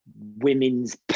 women's